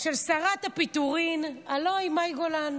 של שרת הפיטורים, הלוא היא מאי גולן.